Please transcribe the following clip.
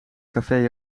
café